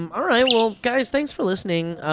um, all right, well guys, thanks for listening.